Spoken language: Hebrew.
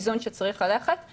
צריך ללכת לאיזשהו איזון.